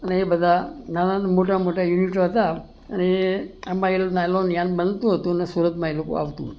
અને એ બધાં નાના મોટા મોટા યુનિટો હતા અને એ એમાં એ નાયલૉન યાન બનતું હતું ને સુરતમાં એ બધું આવતું હતું